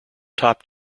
top